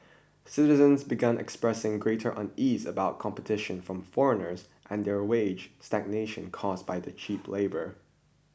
citizens began expressing greater unease about competition from foreigners and their wage stagnation caused by the cheap foreign labour